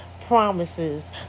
Promises